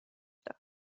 داد